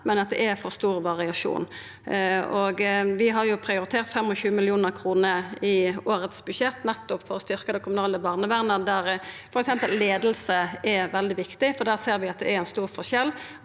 men at det er for stor variasjon. Vi har prioritert 25 mill. kr i årets budsjett nettopp for å styrkja det kommunale barnevernet, der f.eks. leiing er veldig viktig. Der ser vi at det er ein stor skilnad.